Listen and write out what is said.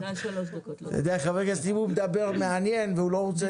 אם חבר כנסת מדבר מעניין והוא לא רוצה